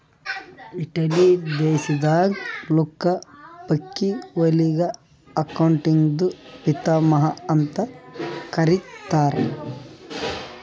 Italy ದೇಶದಾಗ್ Luca ಪಕಿಒಲಿಗ ಅಕೌಂಟಿಂಗ್ದು ಪಿತಾಮಹಾ ಅಂತ್ ಕರಿತ್ತಾರ್